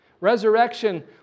Resurrection